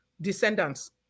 descendants